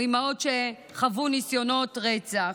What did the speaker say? או אימהות שחוו ניסיונות רצח.